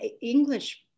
English